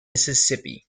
mississippi